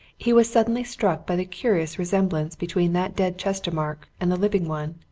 he was suddenly struck by the curious resemblance between that dead chestermarke and the living one,